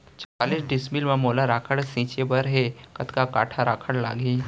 चालीस डिसमिल म मोला राखड़ छिंचे बर हे कतका काठा राखड़ लागही?